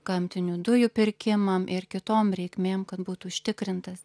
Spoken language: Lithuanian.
gamtinių dujų pirkimam ir kitom reikmėm kad būtų užtikrintas